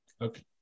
okay